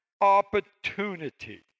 opportunity